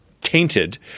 tainted